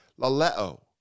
laleo